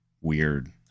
weird